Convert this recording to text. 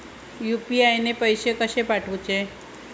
UPI ने पैशे कशे पाठवूचे?